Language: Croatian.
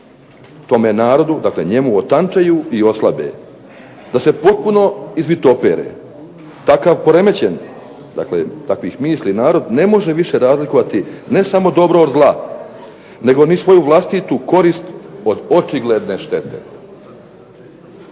tome narodu, dakle njemu otančaju i oslabe, da se potpuno izvitopere. Takav poremećen dakle takvih misli narod ne može više razlikovati ne samo dobro od zla nego ni svoju vlastitu korist od očigledne štete.